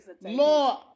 Lord